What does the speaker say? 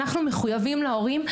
אנחנו מחויבים להורים,